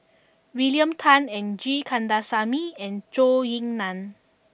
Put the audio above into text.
William Tan G Kandasamy and Zhou Ying Nan